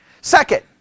Second